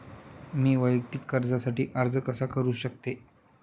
मी वैयक्तिक कर्जासाठी अर्ज कसा करु शकते?